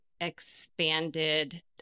expanded